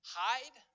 hide